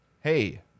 hey